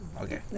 Okay